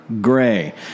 gray